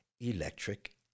electric